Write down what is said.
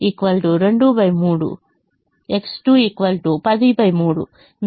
23 X1 23 X2 103